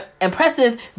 impressive